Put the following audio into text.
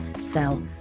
sell